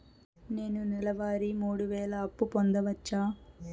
నేను నెల వారి మూడు వేలు అప్పు పొందవచ్చా?